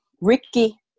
Ricky